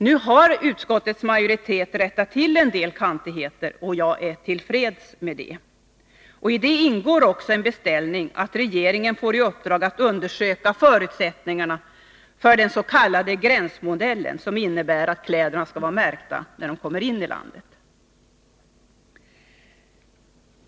Nu har utskottets majoritet rättat till en del kantigheter, och jag är till freds med detta. I detta ingår också en beställning att regeringen får i uppdrag att undersöka förutsättningarna för den s.k. gränsmodellen, som innebär att kläderna skall vara märkta, när de kommer in i landet.